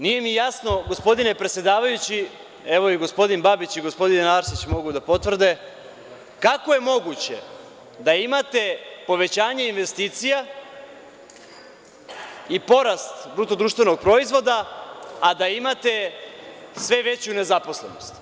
Nije mi jasno, gospodine predsedavajući, evo i gospodin Babić i gospodin Arsić mogu da potvrde, kako je moguće da imate povećanje investicija i porast BDP, a da imate sve veću ne zaposlenost.